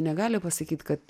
negali pasakyt kad